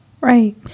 right